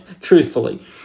truthfully